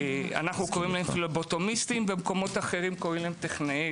אנחנו קוראים להם פבלוטומיסטים במקומות אחרים קוראים להם טכנאי